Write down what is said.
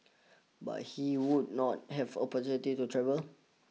but he would not have opportunity to travel